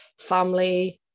family